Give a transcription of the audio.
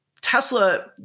Tesla